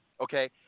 Okay